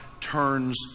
turns